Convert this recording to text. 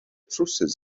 trywsus